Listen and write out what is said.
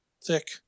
thick